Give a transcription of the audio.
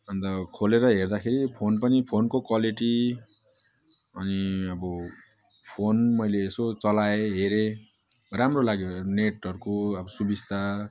अब खोलेर हेर्दाखेरि फोन पनि फोनको क्वालिटी अनि अब फोन मैले यसो चलाएँ हेरेँ राम्रो लाग्यो नेटहरूको अब सुविस्ता